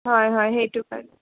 হয় হয় সেইটো কাৰণে